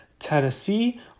Tennessee